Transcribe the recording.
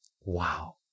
Wow